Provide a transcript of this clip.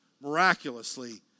miraculously